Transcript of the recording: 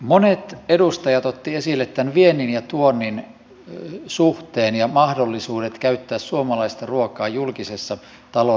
monet edustajat ottivat esille tämän viennin ja tuonnin suhteen ja mahdollisuudet käyttää suomalaista ruokaa julkisessa taloudessa